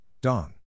dong